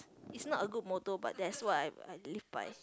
it's not a good motto but that's what I I believe by